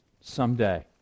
someday